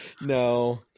No